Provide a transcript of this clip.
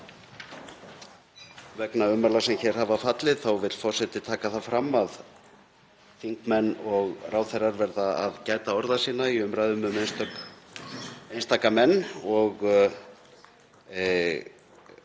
Vegna ummæla sem hér hafa fallið þá vill forseti taka það fram að þingmenn og ráðherrar verða að gæta orða sinna í umræðum um einstaka menn og